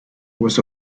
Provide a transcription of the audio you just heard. was